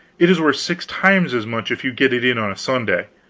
it is worth six times as much if you get it in on a sunday.